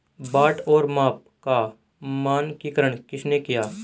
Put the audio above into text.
बाट और माप का मानकीकरण किसने किया?